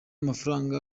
mafaranga